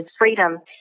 Freedom